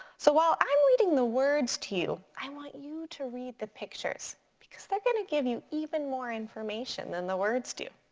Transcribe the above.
so while i'm reading the words to you, i want you to read the pictures because they're gonna give you even more information than the words do.